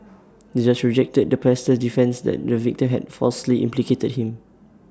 the judge rejected the pastor's defence that the victim had falsely implicated him